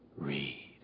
read